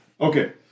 Okay